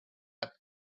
had